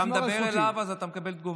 אתה מדבר אליו, אז אתה מקבל תגובה.